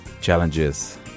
challenges